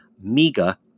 MEGA